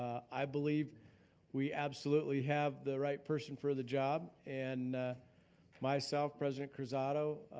i believed we absolutely have the right person for the job and myself, president cruzado,